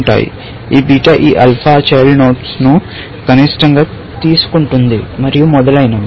ఈ బీటా ఈ alpha child nodes ను కనిష్టంగా తీసుకుంటుంది మరియు మొదలైనవి